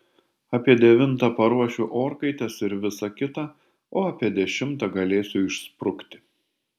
apie devintą paruošiu orkaites ir visa kita o apie dešimtą galėsiu išsprukti